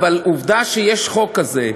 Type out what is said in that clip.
אבל עובדה שיש חוק כזה,